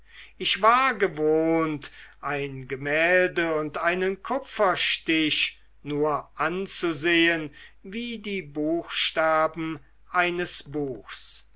ich war gewohnt ein gemälde und einen kupferstich nur anzusehen wie die buchstaben eines buchs